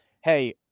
hey